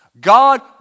God